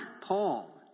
Paul